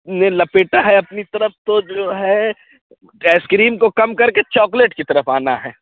نے لپیٹا ہے اپنی طرف تو جو ہے آئس کریم کو کم کر کے چاکلیٹ کی طرف آنا ہے